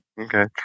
Okay